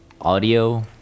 audio